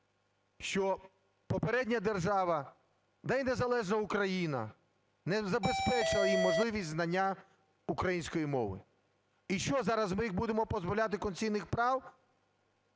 що попередня держава, да і незалежна Україна, не забезпечує їм можливість знання української мови. І що, зараз ми їх будемо позбавляти конституційних прав?